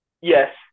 Yes